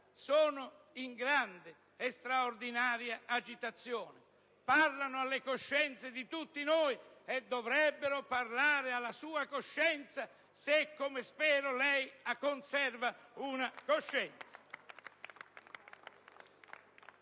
sono in grande e straordinaria agitazione. Parlano alle coscienze di tutti noi e dovrebbero parlare alla sua coscienza (se, come spero, lei conserva una coscienza).